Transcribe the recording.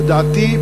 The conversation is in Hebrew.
לדעתי,